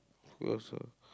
who also